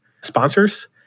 sponsors